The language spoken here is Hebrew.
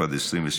התשפ"ד 2024,